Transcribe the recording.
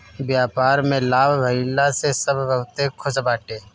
व्यापार में लाभ भइला से सब बहुते खुश बाटे